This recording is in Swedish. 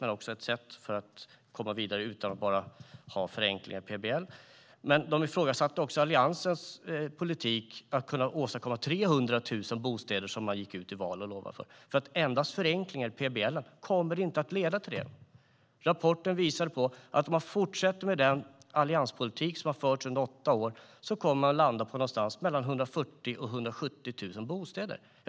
Det är ett sätt att komma vidare utan förenklingar i PBL. De ifrågasatte också Alliansens politik att gå ut och lova att 300 000 bostäder skulle åstadkommas, för enbart förenklingar i PBL kommer inte att leda till det. Rapporten visade att om man fortsätter med den allianspolitik som har förts under åtta år landar man på mellan 140 000 och 170 000 bostäder.